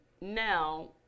now